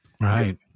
Right